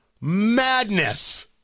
Madness